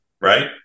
Right